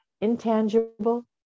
intangible